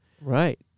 Right